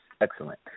excellent